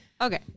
Okay